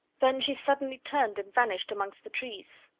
then she suddenly turned and vanished amongst the trees,